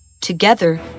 Together